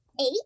Eight